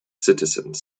citizens